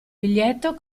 biglietto